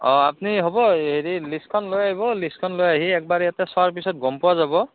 অঁ আপুনি হ'ব হেৰি লিষ্টখন লৈ আহিব লিষ্টখন লৈ আহি এবাৰ ইয়াতে চোৱাৰ পিছত গম পোৱা যাব